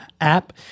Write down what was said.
app